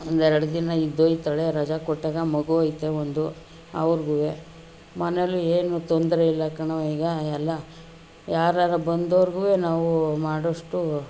ಒಂದೆರಡು ದಿನ ಇದ್ದೋಯ್ತಾಳೆ ರಜಾ ಕೊಟ್ಟಾಗ ಮಗು ಐತೆ ಒಂದು ಅವ್ರಿಗೂ ಮನೆಯಲ್ಲಿ ಏನೂ ತೊಂದರೆ ಇಲ್ಲ ಕಣವ್ವ ಈಗ ಎಲ್ಲ ಯಾರರ ಬಂದೋರ್ಗೂ ನಾವು ಮಾಡೊಷ್ಟು